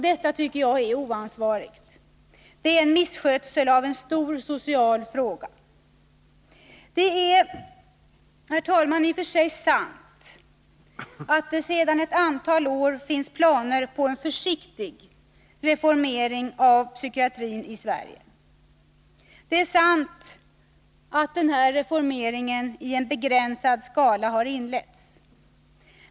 Detta är oansvarigt och innebär misskötsel av en stor social fråga. Det är, herr talman, i och för sig sant att det sedan ett antal år finns planer på en försiktig reformering av den psykiatriska vården i Sverige. Det är sant att denna reformering i begränsad skala har inletts.